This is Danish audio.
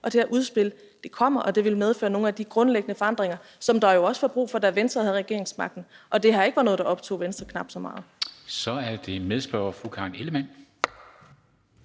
Det her udspil kommer, og det vil medføre nogle af de grundlæggende forandringer, som der jo også var brug for, da Venstre havde regeringsmagten og det her ikke var noget, der optog Venstre helt så meget. Kl. 14:20 Formanden